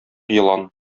елан